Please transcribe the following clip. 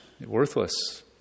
worthless